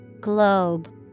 Globe